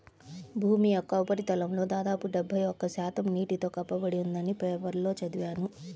భూమి యొక్క ఉపరితలంలో దాదాపు డెబ్బై ఒక్క శాతం నీటితో కప్పబడి ఉందని పేపర్లో చదివాను